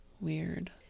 Weird